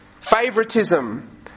favoritism